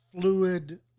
fluid